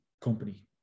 company